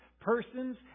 persons